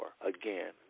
again